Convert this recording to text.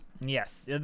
Yes